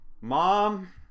mom